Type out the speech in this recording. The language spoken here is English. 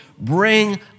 bring